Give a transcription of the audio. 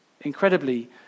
Incredibly